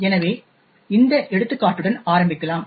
எனவே இந்த எடுத்துக்காட்டுடன் ஆரம்பிக்கலாம்